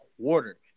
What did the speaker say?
quarter